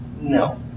No